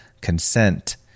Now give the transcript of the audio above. consent